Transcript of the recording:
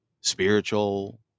spiritual